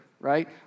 right